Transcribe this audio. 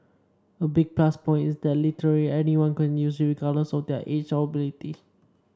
a big plus point is that literally anyone can use it regardless of their age or ability